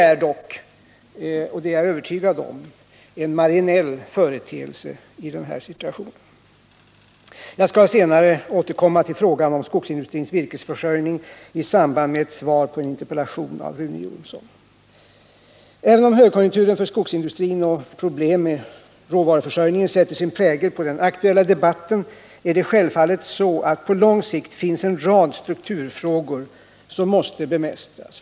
Jag är dock övertygad om att det är en marginell företeelse i denna situation. Jag skall senare återkomma till frågan om skogsindustrins virkesförsörjning i samband med ett svar på en interpellation av Rune Jonsson. Även om högkonjunkturen för skogsindustrin och problem med råvaruförsörjningen sätter sin prägel på den aktuella debatten är det självfallet så att det på lång sikt finns en rad strukturfrågor som måste bemästras.